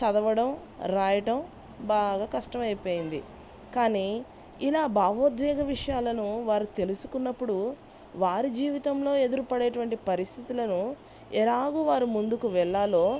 చదవడం రాయటం బాగా కష్టమైపోయింది కానీ ఇలా భావోద్వేగ విషయాలను వారు తెలుసుకున్నప్పుడు వారి జీవితంలో ఎదురుపడేటువంటి పరిస్థితులను ఎలాగు వారు ముందుకు వెళ్ళాలో